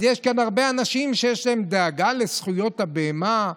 יש כאן הרבה אנשים שיש להם דאגה לזכויות הבהמה,